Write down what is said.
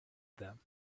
them